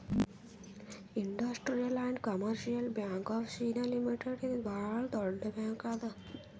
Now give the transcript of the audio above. industrial and commercial bank of China limited ಇದು ಭಾಳ್ ದೊಡ್ಡ ಬ್ಯಾಂಕ್ ಅದಾ